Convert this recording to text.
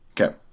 Okay